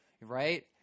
right